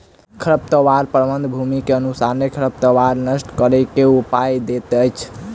खरपतवार प्रबंधन, भूमि के अनुसारे खरपतवार नष्ट करै के उपाय दैत अछि